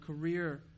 career